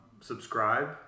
subscribe